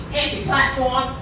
anti-platform